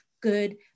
good